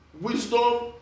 Wisdom